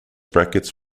brackets